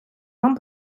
нам